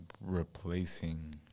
replacing